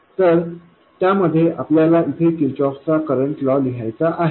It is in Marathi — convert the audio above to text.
तर त्यामध्ये आपल्याला इथे किर्चहोफचा करंट लॉ लिहायचा आहे